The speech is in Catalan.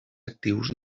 actius